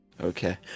Okay